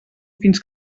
fins